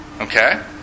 Okay